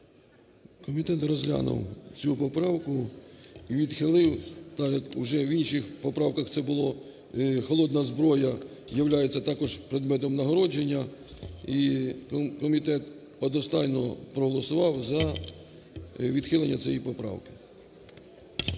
Комітет розглянув цю поправку і відхилив, так як уже в інших поправках це було. Холодна зброя являється також предметом нагородження, і комітет одностайно проголосував за відхилення цієї поправки.